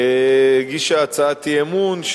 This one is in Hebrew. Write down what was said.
הגישה הצעת אי-אמון,